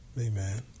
Amen